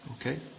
Okay